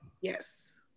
yes